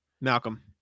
Malcolm